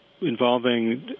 involving